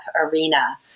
arena